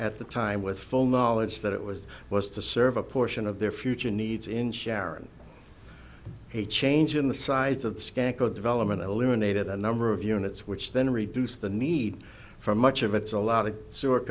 at the time with full knowledge that it was was to serve a portion of their future needs in sharon a change in the size of the scarecrow development eliminated the number of units which then reduce the need for much of it's a lot of s